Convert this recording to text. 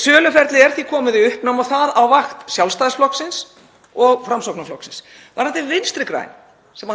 Söluferlið er komið í uppnám og það á vakt Sjálfstæðisflokksins og Framsóknarflokksins. Varðandi Vinstri græn, sem